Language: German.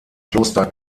kloster